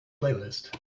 playlist